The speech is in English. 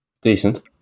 decent